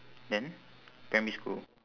then primary school